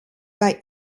bei